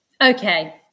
okay